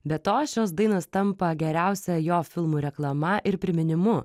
be to šios dainos tampa geriausia jo filmų reklama ir priminimu